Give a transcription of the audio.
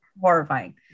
horrifying